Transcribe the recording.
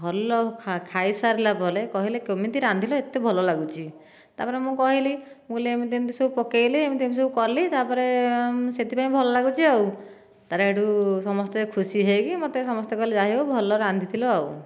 ଭଲ ଖାଇ ସାରିଲା ପରେ କହିଲେ କେମିତି ରାନ୍ଧିଲ ଏତେ ଭଲ ଲାଗୁଛି ତାପରେ ମୁଁ କହିଲି ମୁଁ କହିଲି ଏମିତି ଏମିତି ସବୁ ପକେଇଲି ଏମିତି ଏମିତି ସବୁ କଲି ତାପରେ ସେଥିପାଇଁ ଭଲ ଲାଗୁଛି ଆଉ ତାପରେ ସେଠୁ ସମସ୍ତେ ଖୁସି ହୋଇକି ମୋତେ ସମସ୍ତେ କହିଲେ ଯାହା ହେଉ ଭଲ ରାନ୍ଧିଥିଲ ଆଉ